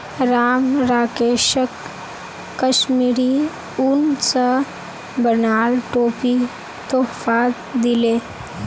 राम राकेशक कश्मीरी उन स बनाल टोपी तोहफात दीले